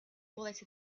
bullets